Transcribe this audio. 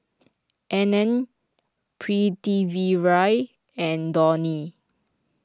Anand Pritiviraj and Dhoni